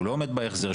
שהוא לא עומד בהחזר,